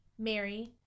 Mary